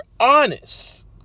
honest